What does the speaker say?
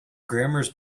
grammars